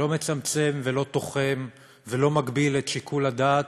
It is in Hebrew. שלא מצמצם, לא תוחם ולא מגביל את שיקול הדעת